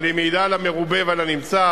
אבל היא מעידה על המרובה ועל הנמצא,